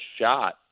shot